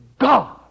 God